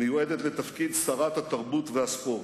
מיועדת לתפקיד שרת התרבות והספורט,